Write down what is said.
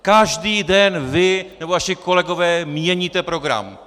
Každý den vy nebo vaši kolegové měníte program.